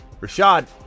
Rashad